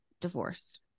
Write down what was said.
divorced